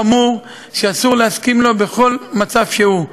חמור שאסור להסכים לו בשום מצב שהוא.